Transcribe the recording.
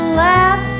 laugh